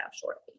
shortly